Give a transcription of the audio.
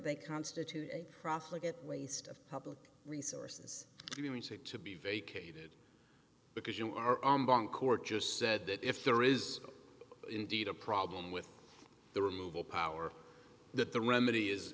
they constitute a profit waste of public resources to be vacated because you are on bunk or just said that if there is indeed a problem with the removal power that the remedy is